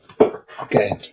Okay